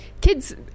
kids